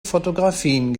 fotografien